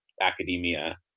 academia